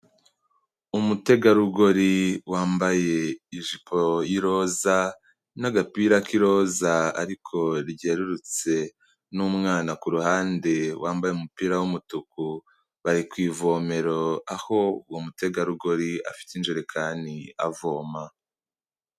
Umutegarugori wambaye ijipo y'iroza n'agapira k'iroza ariko ryerurutse n'umwana ku ruhande wambaye umupira w'umutuku, bari ku ivomero aho uwo mutegarugori afite injerekani avoma.